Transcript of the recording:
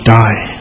die